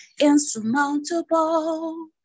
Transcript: insurmountable